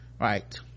Right